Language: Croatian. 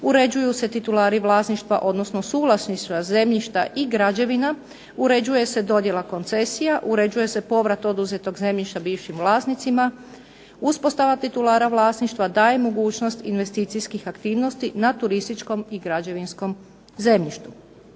uređuju se titulari vlasništva odnosno suvlasništva zemljišta i građevina, uređuje se dodjela koncesija, uređuje se povrat oduzetog zemljišta bivšim vlasnicima, uspostava titulara vlasništva daje mogućnost investicijskih aktivnosti na turističkom i građevinskom zemljištu.